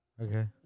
Okay